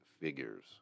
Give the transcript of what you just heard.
figures